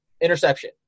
interception